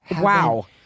wow